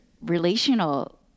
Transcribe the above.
relational